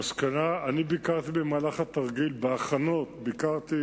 במהלך התרגיל, בהכנות, ביקרתי